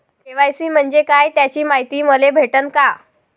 KYC म्हंजे काय त्याची मायती मले भेटन का?